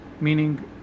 Meaning